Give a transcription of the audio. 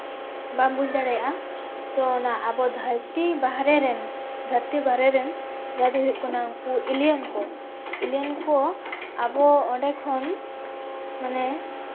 ᱵᱟᱢ ᱵᱩᱡᱽ ᱫᱟᱲᱮᱭᱟᱜᱼᱟ ᱛᱳ ᱚᱱᱟ ᱟᱵᱚ ᱫᱷᱟᱹᱨᱛᱤ ᱵᱟᱦᱨᱮ ᱨᱮᱱ ᱫᱷᱟᱹᱨᱛᱤ ᱵᱟᱦᱨᱮ ᱨᱮᱱ ᱡᱟᱦᱟᱸ ᱫᱚ ᱦᱩᱭᱩᱜ ᱠᱟᱱᱟ ᱮᱞᱤᱭᱮᱱ ᱠᱚ ᱮᱞᱤᱭᱮᱱ ᱠᱚ ᱟᱵᱚ ᱚᱸᱰᱮ ᱠᱷᱚᱱ ᱢᱟᱱᱮ